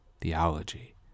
theology